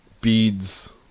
beads